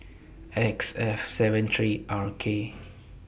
X F seven three R K